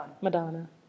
Madonna